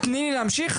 תני לה להמשיך,